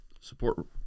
support